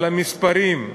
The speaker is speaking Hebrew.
על המספרים: